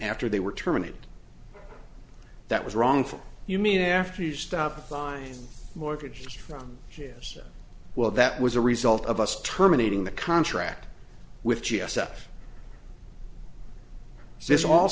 after they were terminated that was wrongful you mean after the stop sign mortgage from j s well that was a result of us terminating the contract with g s f this all